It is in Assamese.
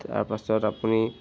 তাৰপাছত আপুনি